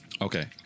Okay